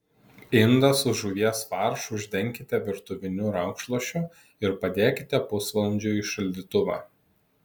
indą su žuvies faršu uždenkite virtuviniu rankšluosčiu ir padėkite pusvalandžiui į šaldytuvą